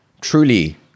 truly